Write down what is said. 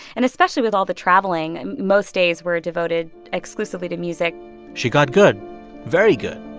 and especially with all the traveling, most days were devoted exclusively to music she got good very good.